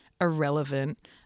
irrelevant